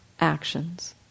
actions